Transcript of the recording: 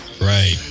right